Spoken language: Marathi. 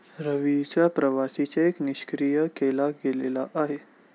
रवीचा प्रवासी चेक निष्क्रिय केला गेलेला आहे